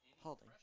Holding